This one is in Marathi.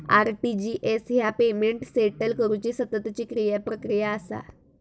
आर.टी.जी.एस ह्या पेमेंट सेटल करुची सततची प्रक्रिया असा